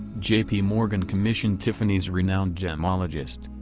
j p. morgan commissioned tiffany's renowned gemologist,